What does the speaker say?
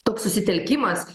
toks susitelkimas